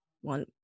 one